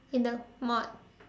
in the mark